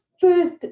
first